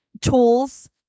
tools